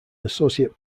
associate